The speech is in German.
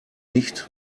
nicht